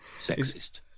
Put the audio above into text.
Sexist